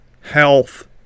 health